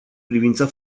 privința